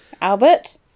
Albert